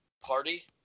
party